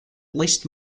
least